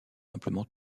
simplement